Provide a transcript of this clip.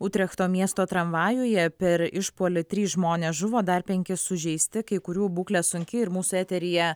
utrechto miesto tramvajuje per išpuolį trys žmonės žuvo dar penki sužeisti kai kurių būklė sunki ir mūsų eteryje